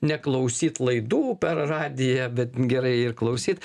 neklausyt laidų per radiją bet gerai ir klausyt